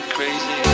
Crazy